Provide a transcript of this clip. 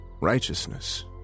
righteousness